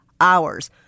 hours